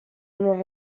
non